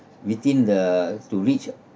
within the to reach